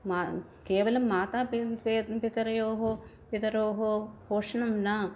मा केवलं माता पि पे पितरयोः पितरोः पोषणं न